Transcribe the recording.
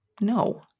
No